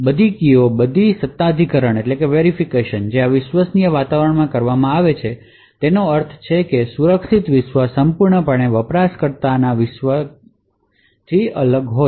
બધી કીઓ બધી સત્તાધિકરણ જે આ વિશ્વસનીય વાતાવરણમાં કરવામાં આવે છે તેનો અર્થ છે કે સુરક્ષિત વિશ્વ સંપૂર્ણપણે યુઝર વિશ્વ કાર્યક્રમોથી અલગ છે